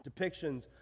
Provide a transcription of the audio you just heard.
depictions